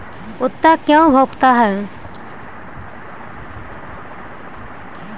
कुत्ता क्यों भौंकता है?